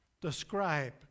describe